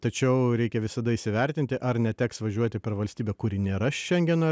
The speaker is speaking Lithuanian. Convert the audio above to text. tačiau reikia visada įsivertinti ar neteks važiuoti per valstybę kuri nėra šengeno